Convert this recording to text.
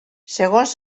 segons